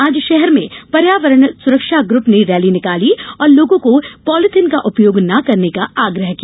आज शहर में पर्यावरण सुरक्षा ग्रुप ने रैली निकाली और लोगों को पॉलिथिन का उपयोग न करने का आग्रह किया